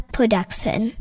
Production